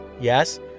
yes